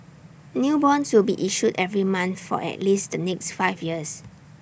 new bonds will be issued every month for at least the next five years